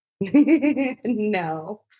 No